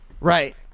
right